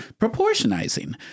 Proportionizing